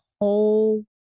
whole